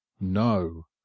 no